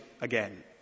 again